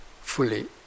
fully